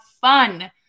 fun